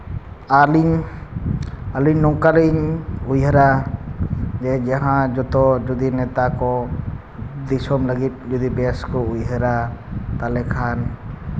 ᱟᱹᱞᱤᱧ ᱟᱹᱞᱤᱧ ᱱᱚᱝᱠᱟᱞᱤᱧ ᱩᱭᱦᱟᱹᱨᱟ ᱡᱟᱦᱟᱸ ᱡᱚᱛᱚ ᱡᱩᱫᱤ ᱱᱮᱛᱟ ᱠᱚ ᱫᱤᱥᱚᱢ ᱞᱟᱹᱜᱤᱫ ᱡᱩᱫᱤ ᱵᱮᱥ ᱠᱚ ᱩᱭᱦᱟᱹᱨᱟ ᱛᱟᱦᱚᱞᱮ ᱠᱷᱟᱱ